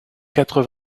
quatre